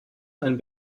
ein